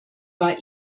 war